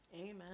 Amen